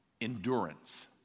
endurance